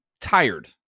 tired